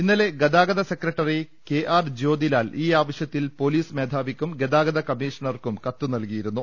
ഇന്നലെ ഗതാഗത സെക്രട്ടറി കെ ആർ ജ്യോതിലാൽ ഈ ആവ ശ്യത്തിൽ പോലീസ് മേധാവിക്കും ഗതാഗത കമ്മീഷണർക്കും കത്ത് നൽകിയിരുന്നു